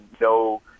no